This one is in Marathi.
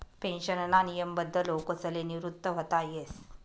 पेन्शनमा नियमबद्ध लोकसले निवृत व्हता येस